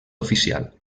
oficial